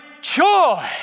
joy